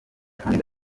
kandi